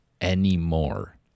anymore